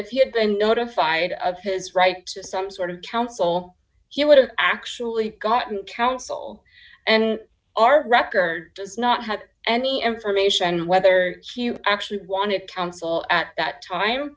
you had been notified of his right to some sort of counsel he would have actually gotten counsel and our record does not have any information whether you actually wanted counsel at that time